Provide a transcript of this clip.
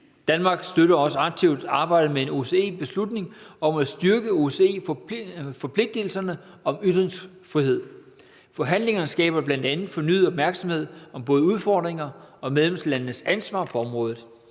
Danmark støtter også aktivt arbejdet med en OSCE-beslutning om at styrke OSCE-forpligtelserne om ytringsfrihed. Forhandlingerne skaber bl.a. fornyet opmærksomhed om både udfordringer og medlemslandenes ansvar på området.